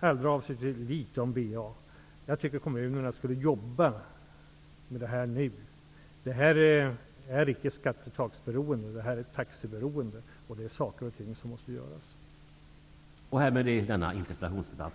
Allra sist några ord när det gäller VA-frågor. Jag tycker att kommunerna skall jobba med dessa frågor nu. Detta är icke skattetaksberoende, utan det är taxeberoende. Saker och ting måste göras här.